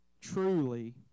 truly